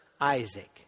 Isaac